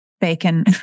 bacon